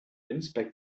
inspect